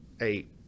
eight